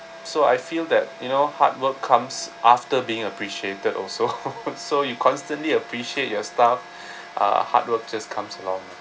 so I feel that you know hard work comes after being appreciated also so you constantly appreciate your staff uh hard work just comes along lah